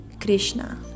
Krishna